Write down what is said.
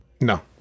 no